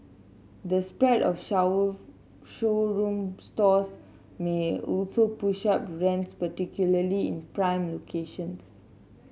the spread of showroom stores may also push up rents particularly in prime locations